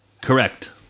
Correct